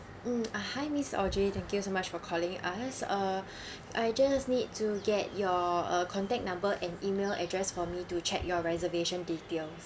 mm uh hi miss audrey thank you so much for calling us uh I just need to get your uh contact number and email address for me to check your reservation details